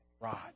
rod